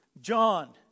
John